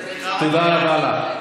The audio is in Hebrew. תודה רבה לך.